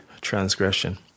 transgression